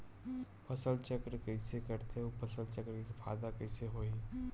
फसल चक्र कइसे करथे उ फसल चक्र के फ़ायदा कइसे से होही?